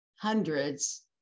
hundreds